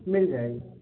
मिल जाएगी